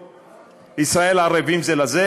וישראל ערבים זה לזה,